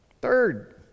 Third